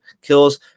kills